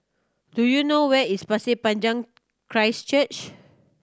do you know where is Pasir Panjang Christ Church